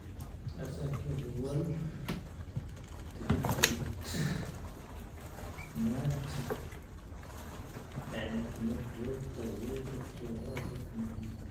ⴰⵙⴰⴽⵉⴰ ⵀⴻ ⵡⴰⵍ ⵜⵉⵎⴻⴷⴷoⵔⵜ ⵜⴻⴽⵉⵏⴰⵜ, ⵢⴰⵏⵢⵉ ⵜⵉⵎⴻⴷⴷoⵔⵜ ⵜⴰⵣⵉⵔⴻ ⵜⴰⵡⴰⵣⴰⵜ ⵏⴰⵀⵉⴷⴰⵜ.